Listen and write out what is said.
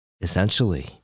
essentially